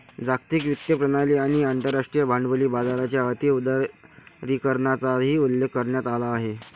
जागतिक वित्तीय प्रणाली आणि आंतरराष्ट्रीय भांडवली बाजाराच्या अति उदारीकरणाचाही उल्लेख करण्यात आला